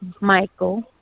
Michael